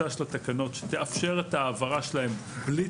בטיוטה של התקנות שתאפשר את ההעברה שלהן בלי